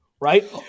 Right